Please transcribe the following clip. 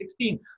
2016